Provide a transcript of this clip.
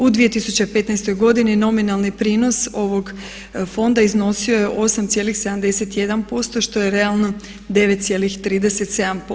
U 2015.godini nominalni prinos ovog fonda iznosio je 8,71% što je realno 9,37%